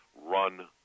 Run